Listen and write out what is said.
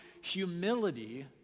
humility